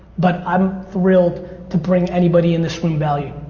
but i'm thrilled to bring anybody in this room value.